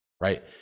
right